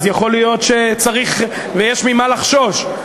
אז יש ממה לחשוש.